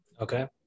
okay